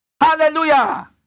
Hallelujah